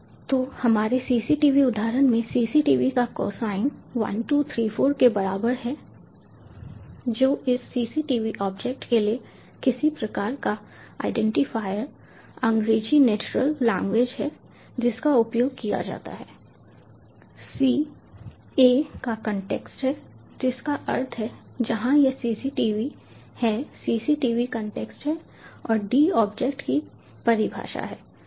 तो हमारे CCTV उदाहरण में CCTV का कोसाइन 1234 के बराबर है जो इस CCTV ऑब्जेक्ट के लिए किसी प्रकार का आईडेंटिफायर अंग्रेजी नेचुरल लैंग्वेज है जिसका उपयोग किया जाता है C A का कॉन्टेक्स्ट है जिसका अर्थ है यहाँ यह CCTV है सीसीटीवी कॉन्टेक्स्ट है और D ऑब्जेक्ट की परिभाषा है